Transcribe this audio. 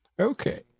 Okay